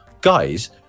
guys